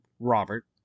Robert